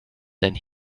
than